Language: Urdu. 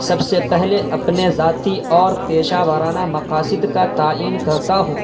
سب سے پہلے اپنے ذاتی اور پیشہ وارانہ مقاصد کا تعیین کرتا ہوں